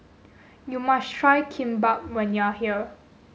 you must try Kimbap when you are here